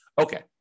Okay